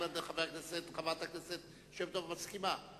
חברת הכנסת שמטוב, מסכימה.